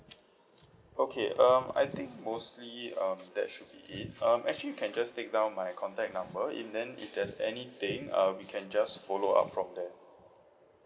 okay um I think mostly um that should be it um actually you can just take down my contact number and then if there's anything uh we can just follow up from there